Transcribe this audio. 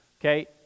okay